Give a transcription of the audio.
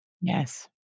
Yes